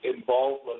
involvement